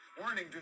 Warning